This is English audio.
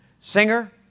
singer